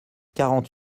quarante